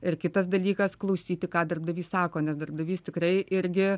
ir kitas dalykas klausyti ką darbdavys sako nes darbdavys tikrai irgi